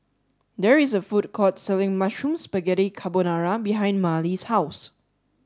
there is a food court selling Mushroom Spaghetti Carbonara behind Marley's house